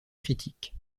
critiques